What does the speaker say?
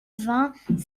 vingt